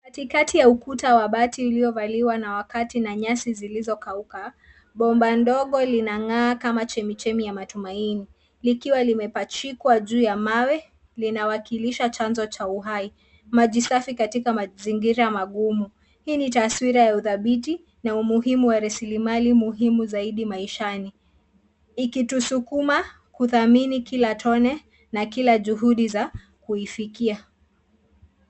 Katikati wa ukuta wa bati uliovaliwa na wakati na nyasi zilizokauka. Bomba ndogo linang'aa kama chemichemi ya matumaini likiwa limepachikwa juu ya mawe linawakilisha chanzo cha uhai. Maji safi katika mazingira magumu. Hii Taswira ya udhabiti na umuhimu wa rasilimali muhimu zaidi maishani. Ikitusukuma kudhamini kila tone na kila juhudi za kuifikia.